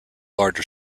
larger